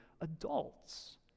adults